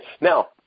Now